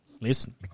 listen